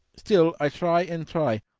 still i try and try,